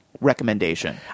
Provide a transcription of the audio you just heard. recommendation